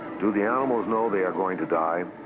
do the animals know they are going to die?